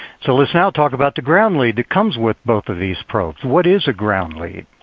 so let's now talk about the ground lead that comes with both of these probes. what is a ground lead?